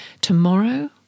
Tomorrow